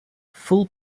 full